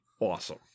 awesome